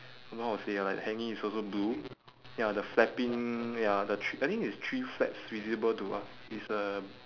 don't know how to say ah like hanging is also blue ya the flapping ya the thr~ I think it's three flaps visible to us it's a